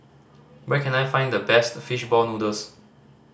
where can I find the best fish ball noodles